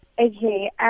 Okay